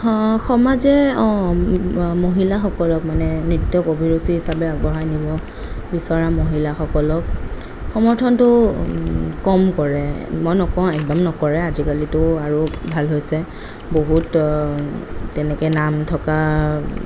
সমাজে মহিলাসকলক মানে নৃত্য়ক অভিৰুচি হিচাপে আগবঢ়াই নিব বিচৰা মহিলাসকলক সমৰ্থনটো কম কৰে মই নকওঁ একদম নকৰে আজিকালিটো আৰু ভাল হৈছে বহুত তেনেকৈ নাম থকা